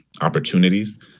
opportunities